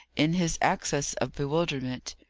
in his access of bewilderment,